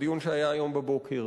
בדיון שהיה היום בבוקר,